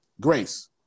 Grace